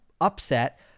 upset